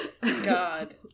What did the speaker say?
God